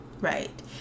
Right